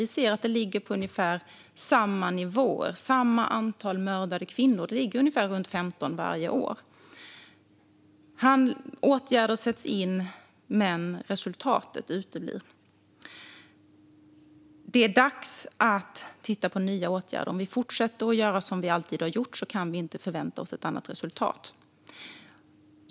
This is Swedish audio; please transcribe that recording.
Vi ser att det ligger på ungefär samma nivåer, samma antal mördade kvinnor varje år - runt 15. Åtgärder sätts alltså in, men resultatet uteblir. Det är dags att titta på nya åtgärder. Om vi fortsätter att göra som vi alltid har gjort kan vi inte förvänta oss ett annat resultat.